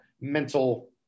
mental